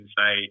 say